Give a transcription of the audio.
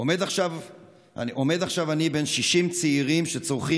עומד עכשיו אני בין 60 צעירים שצורחים